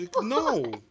No